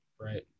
right